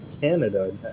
Canada